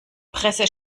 presse